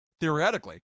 theoretically